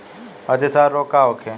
अतिसार रोग का होखे?